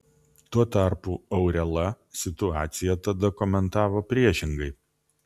tuo tarpu aurela situaciją tada komentavo priešingai